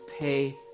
pay